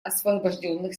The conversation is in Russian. освобожденных